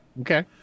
Okay